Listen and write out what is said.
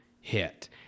hit